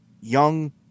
young